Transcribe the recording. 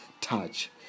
touch